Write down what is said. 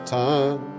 time